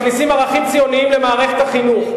מכניסים ערכים ציוניים למערכת החינוך.